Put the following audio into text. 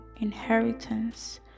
inheritance